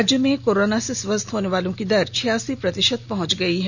राज्य में कोरोना से स्वस्थ होने वालों की दर छियासी प्रतिशत पहुंच गई है